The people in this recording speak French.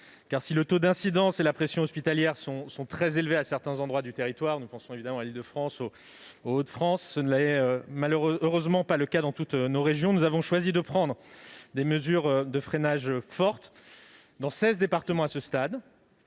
car si le taux d'incidence et la pression hospitalière sont très élevés à certains endroits du territoire- je pense évidemment à l'Île-de-France et aux Hauts-de-France -, ce n'est heureusement pas le cas dans toutes nos régions. Nous avons choisi de prendre des mesures de freinage fortes dans seize départements à ce stade.